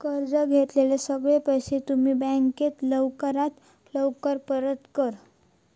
कर्ज घेतलेले सगळे पैशे तु बँकेक लवकरात लवकर परत कर